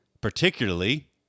particularly